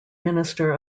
minister